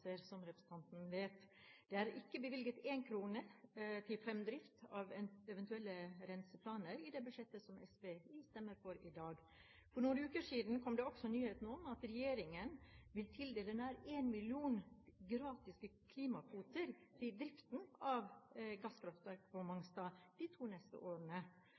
klimagasser, som representanten vet. Det er ikke bevilget én krone til fremdrift av eventuelle renseplaner i det budsjettet som SV stemmer for i dag. For noen uker siden kom også nyheten om at regjeringen vil tildele nær en million gratis klimakvoter til driften av